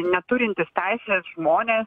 neturintys teisinės žmonės